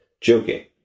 joking